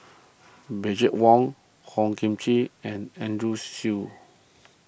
Wong Hor Chim and Andrew Chew